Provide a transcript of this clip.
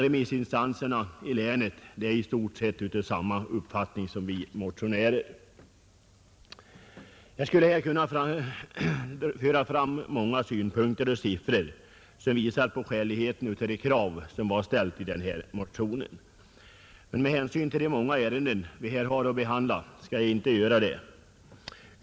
Remissinstanserna i länet är istort sett av samma uppfattning som vi motionärer. Jag skulle här kunna föra fram många synpunkter och siffror som visar på skäligheten av de krav vi ställt i motionen. Med hänsyn till det stora antal ärenden vi här har att behandla skall jag inte göra det.